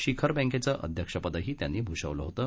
शिखर बँकेचं अध्यक्षपदही त्यांनी भूषवलं होतं